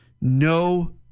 no